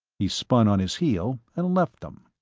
he spun on his heel and left them.